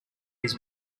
his